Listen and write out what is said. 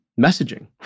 messaging